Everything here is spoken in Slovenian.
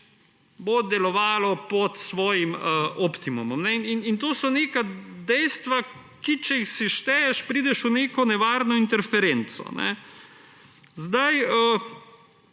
Delovalo bo pod svojim optimumom. To so neka dejstva, ki če jih sešteješ, prideš v neko nevarno interferenco. Ko